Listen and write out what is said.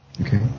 Okay